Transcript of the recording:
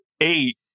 eight